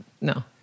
No